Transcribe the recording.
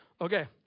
Okay